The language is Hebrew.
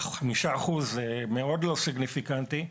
5% מאוד לא סגניפיקנטי.